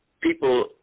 People